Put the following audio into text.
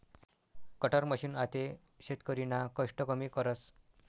cutter machine आते शेतकरीना कष्ट कमी करस